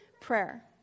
prayer